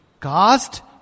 Cast